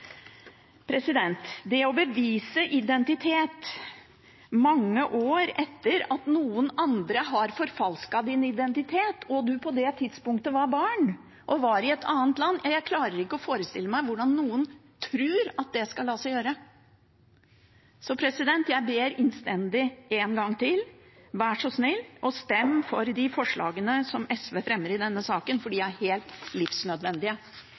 Å bevise identitet mange år etter at noen andre har forfalsket din identitet, og når man på det tidspunktet var barn og var i et annet land – jeg klarer ikke å forestille meg hvordan noen kan tro at det lar seg gjøre. Jeg ber innstendig én gang til: Vær så snill å stemme for forslagene fra SV, som jeg herved tar opp, i denne saken, for de er helt livsnødvendige.